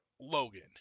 Logan